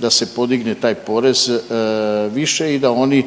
da se podigne taj porez više i da oni